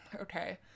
Okay